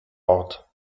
ort